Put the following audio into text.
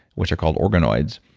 which are called organoids.